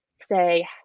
say